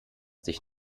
dich